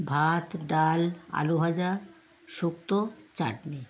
ভাত ডাল আলুভাজা শুক্তো চাটনি